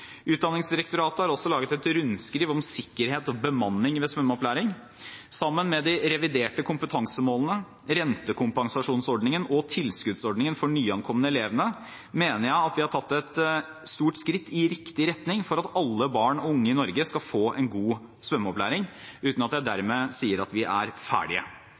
Utdanningsdirektoratet har også laget et rundskriv om sikkerhet og bemanning ved svømmeopplæring. Med dette, sammen med de reviderte kompetansemålene, rentekompensasjonsordningen og tilskuddsordningen for de nyankomne elevene, mener jeg at vi har tatt et stort skritt i riktig retning for at alle barn og unge i Norge skal få en god svømmeopplæring – uten at jeg dermed sier at vi er ferdige.